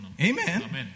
Amen